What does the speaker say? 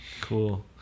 cool